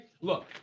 Look